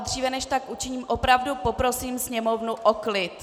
Dříve než tak učiním, opravdu poprosím sněmovnu o klid.